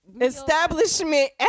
establishment